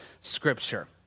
scripture